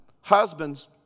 Husbands